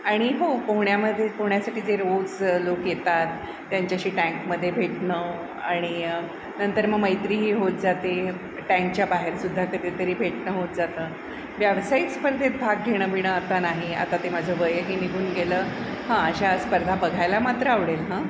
आणि हो पोहण्यामध्ये पोहण्यासाठी जे रोज लोक येतात त्यांच्याशी टँकमध्ये भेटणं आणि नंतर मग मैत्रीही होत जाते टँकच्या बाहेर सुद्धा कधीतरी भेटणं होत जातं व्यावसायिक स्पर्धेत भाग घेणं बिणं आता नाही आता ते माझं वयही निघून गेलं हां अशा स्पर्धा बघायला मात्र आवडेल हं